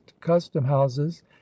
custom-houses